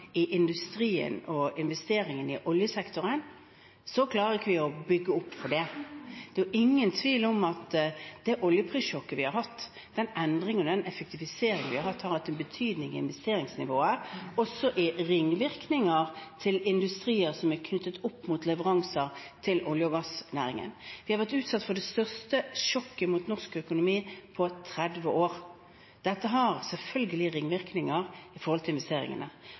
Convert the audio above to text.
i industrien og investeringene i oljesektoren, klarer vi ikke å veie opp for det. Det er ingen tvil om at det oljeprissjokket og den endringen og effektiviseringen vi har hatt, har hatt en betydning for investeringsnivået, også i form av ringvirkninger for industrier som er knyttet opp mot leveranser til olje- og gassnæringen. Vi har vært utsatt for det største sjokket mot norsk økonomi på 30 år. Dette har selvfølgelig ringvirkninger for investeringene. Men vi ser at investeringstall for deler av tradisjonell industri i